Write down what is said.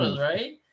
right